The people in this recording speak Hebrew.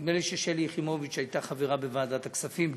נדמה לי ששלי יחימוביץ הייתה חברה בוועדת הכספים,